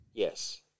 Yes